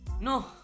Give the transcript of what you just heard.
No